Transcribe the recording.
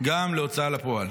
גם להוצאה לפועל.